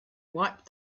wiped